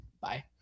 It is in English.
Bye